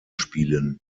spielen